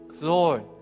Lord